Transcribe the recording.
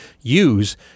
use